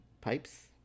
Pipes